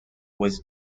was